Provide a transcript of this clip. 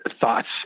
Thoughts